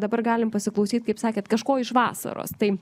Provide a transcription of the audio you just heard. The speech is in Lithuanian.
dabar galim pasiklausyt kaip sakėt kažko iš vasaros tai